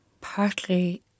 partly